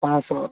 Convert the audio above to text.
ପାଞ୍ଚଶହ